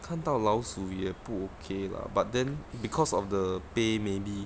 看到老鼠也不 okay lah but then because of the pay maybe